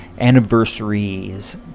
anniversaries